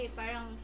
parang